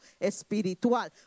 espiritual